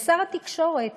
ושר התקשורת